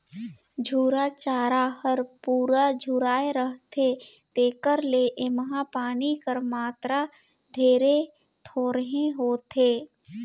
झूरा चारा हर पूरा झुराए रहथे तेकर ले एम्हां पानी कर मातरा ढेरे थोरहें होथे